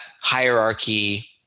hierarchy